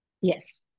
Yes